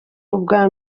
ubwa